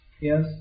Yes